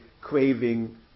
craving